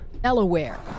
Delaware